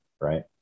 Right